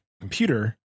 computer